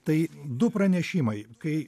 tai du pranešimai kai